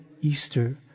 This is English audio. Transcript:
Easter